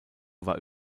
war